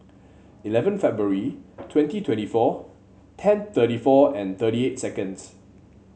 eleven February twenty twenty four ten thirty four and thirty eight seconds